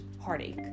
heartache